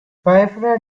biafra